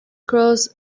cross